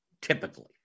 typically